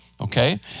Okay